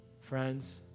Friends